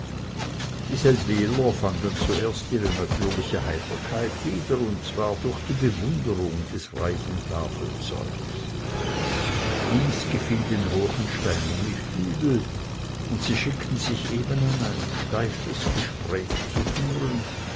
die seldwyler fanden zuerst ihre natürliche heiterkeit wieder und zwar durch die bewunderung des reichen tafelzeuges dies gefiel den ruechensteinern nicht übel und sie schickten sich eben an ein steifes gespräch zu führen